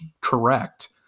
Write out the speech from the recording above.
correct